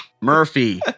Murphy